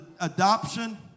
adoption